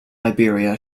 iberia